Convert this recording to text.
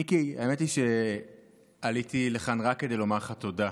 מיקי, האמת היא שעליתי לכאן רק כדי לומר לך תודה.